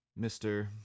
Mr